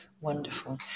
Wonderful